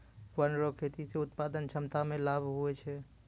वन रो खेती से उत्पादन क्षमता मे लाभ हुवै छै